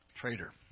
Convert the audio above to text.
Traitor